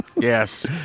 Yes